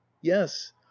yes